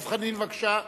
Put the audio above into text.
דב חנין, בבקשה.